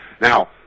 Now